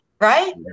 right